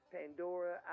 Pandora